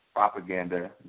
Propaganda